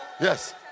Yes